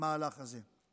המהלך הזה,